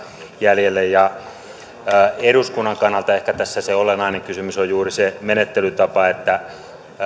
jäljelle eduskunnan kannalta ehkä tässä se olennainen kysymys on juuri se menettelytapa